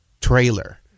trailer